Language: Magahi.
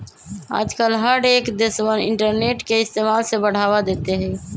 आजकल हर एक देशवन इन्टरनेट के इस्तेमाल से बढ़ावा देते हई